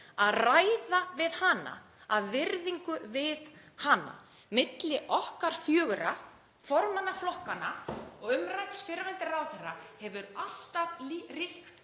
að ræða við hana, af virðingu við hana. Milli okkar fjögurra, formanna flokkanna og umrædds fyrrverandi ráðherra, hefur alltaf ríkt